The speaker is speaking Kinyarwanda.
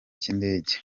cy’indege